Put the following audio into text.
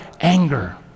anger